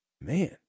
Man